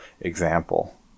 example